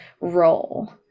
role